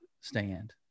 stand